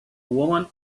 woman